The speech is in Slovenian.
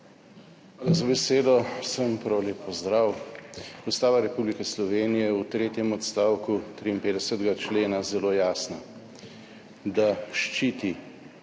za besedo. Vsem prav lep pozdrav! Ustava Republike Slovenije je v tretjem odstavku 53. člena zelo jasna, da ščiti